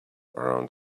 around